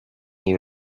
you